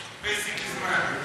עכשיו פסק זמן.